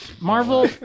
Marvel